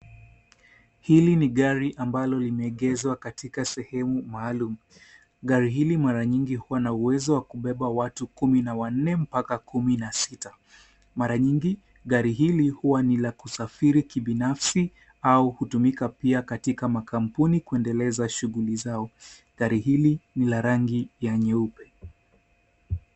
Hili ni gari ambalo limeegezwa katika sehemu maalum. Gari hili mara nyingi huwa na uwezo wa kubeba watu kumi na wanne mpaka kumi na sita. Mara nyingi gari hili huwa ni la kusafiri kibinafsi au kutumika pia katika makampuni kuendeleza shughuli zao. Gari hili ni la rangi ya nyeupe.